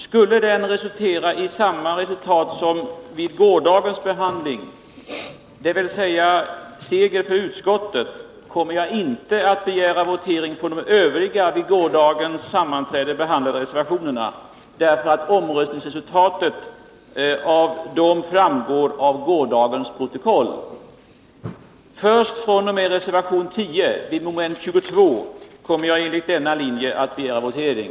Skulle resultatet beträffande denna bli detsamma som vid gårdagens behandling, dvs. seger för utskottet, kommer jag inte att begära votering om de övriga vid gårdagens sammanträde behandlade reservationerna eftersom omröstningsresultatet framgår av gårdagens protokoll. Först fr.o.m. reservation 10 vid mom. 22 kommer jag enligt denna linje att begära votering.